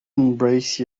embrace